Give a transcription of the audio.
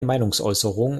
meinungsäußerung